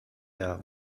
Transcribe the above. der